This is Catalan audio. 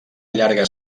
llarga